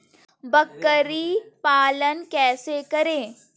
बकरी पालन कैसे करें?